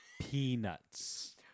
Peanuts